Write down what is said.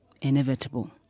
inevitable